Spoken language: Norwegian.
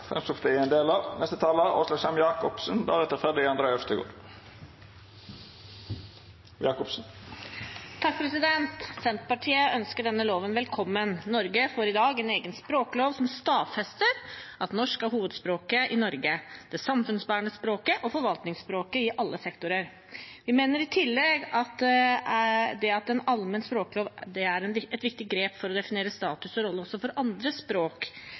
Senterpartiet ønsker denne loven velkommen. Norge får i dag en egen språklov, som stadfester at norsk er hovedspråket i Norge, det samfunnsbærende språket og forvaltningsspråket i alle sektorer. Vi mener i tillegg at en allmenn språklov er et viktig grep for å definere status og rolle også for andre språk